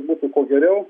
būtų geriau